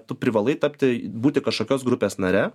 tu privalai tapti būti kažkokios grupės nare